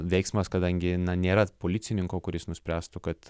veiksmas kadangi nėra policininko kuris nuspręstų kad